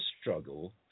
struggle